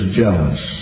jealous